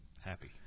Happy